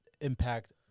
impact